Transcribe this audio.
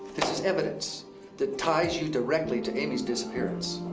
is evidence that ties you directly to amy's disappearance.